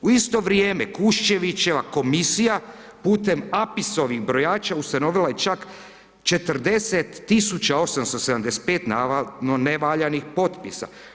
U isto vrijeme Kuščevićeva komisija putem APIS-ovih brojača ustanovila je čak 40 875 navodno nevaljalih potpisa.